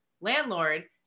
landlord